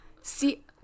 See